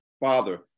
father